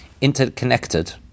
interconnected